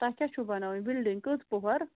تۄہہِ کیٛاہ چھُ بَناوٕنۍ بِِلڈِنٛگ کٔژ پۄہَر